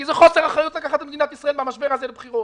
כי זה חוסר אחריות לקחת את מדינת ישראל במשבר הזה לבחירות.